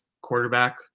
quarterback